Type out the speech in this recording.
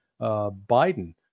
Biden